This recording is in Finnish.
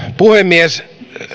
puhemies